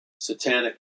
satanic